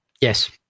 Yes